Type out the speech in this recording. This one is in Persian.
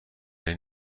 این